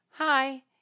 Hi